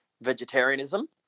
vegetarianism